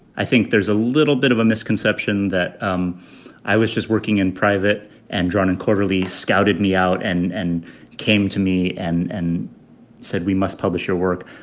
i think there's a little bit of a misconception that um i was just working in private and drawn and quarterly, scouted me out and and came to me and and said, we must publish your work.